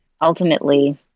ultimately